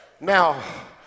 Now